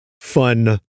fun